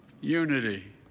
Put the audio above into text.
Unity